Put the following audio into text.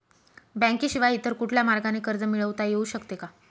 बँकेशिवाय इतर कुठल्या मार्गाने कर्ज मिळविता येऊ शकते का?